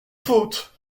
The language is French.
faute